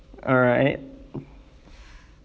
alright